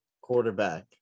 quarterback